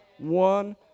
one